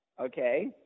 Okay